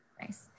Nice